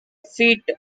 feet